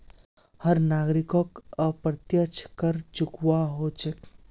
हर नागरिकोक अप्रत्यक्ष कर चुकव्वा हो छेक